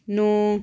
ਨੌ